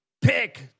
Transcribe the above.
Pick